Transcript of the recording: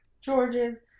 George's